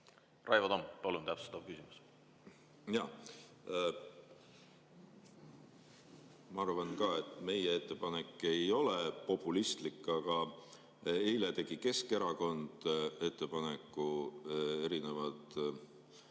Raivo Tamm, palun täpsustav küsimus! Jaa. Ma arvan ka, et meie ettepanek ei ole populistlik. Aga eile tegi Keskerakond ettepaneku. Erinevad